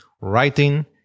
writing